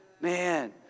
Man